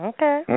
Okay